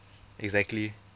exactly